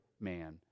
man